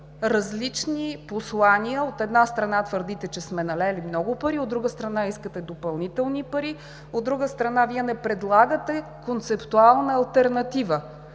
различни послания. От една страна, твърдите, че сме налели много пари, от друга страна, искате допълнителни пари, а Вие не предлагате концептуална алтернатива.